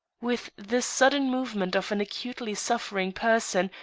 with the sudden movement of an acutely suffering person,